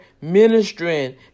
ministering